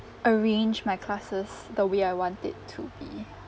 arrange my classes the way I want it to be